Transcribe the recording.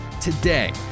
today